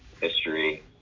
history